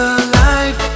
alive